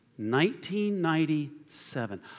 1997